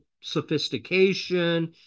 sophistication